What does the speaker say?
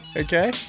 Okay